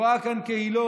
רואה כאן קהילות,